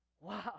wow